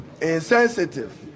insensitive